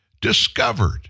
discovered